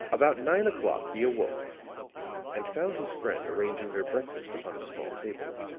about nine o'clock he awoke and found his friend arranging their breakfast upon a small table.